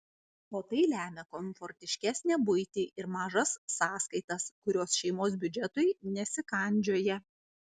o tai lemia komfortiškesnę buitį ir mažas sąskaitas kurios šeimos biudžetui nesikandžioja